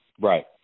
Right